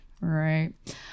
Right